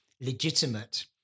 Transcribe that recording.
legitimate